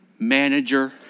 manager